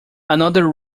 another